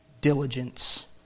diligence